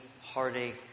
heartache